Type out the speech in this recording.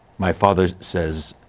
my father says,